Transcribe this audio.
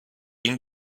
ging